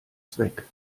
zweck